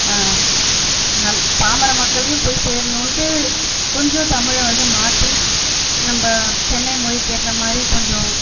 நல் பாமர மக்களையும் போய் சேரணுன்ட்டு கொஞ்சம் தமிழை வந்து மாற்றி நம்ம சென்னை மொழிக்கேற்ற மாதிரி கொஞ்சம்